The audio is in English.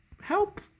help